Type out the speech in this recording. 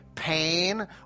Pain